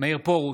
מאיר פרוש,